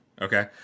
Okay